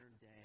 day